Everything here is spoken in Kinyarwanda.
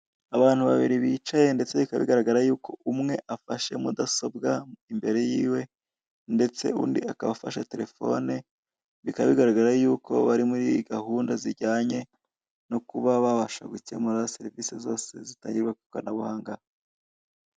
Abantu babiri baricaye. Umwe ahugiye muri mudasobwa, mu gihe undi ahugiye muri telefoni igendanwa. Bisa nk'aho bari kuri murandasi.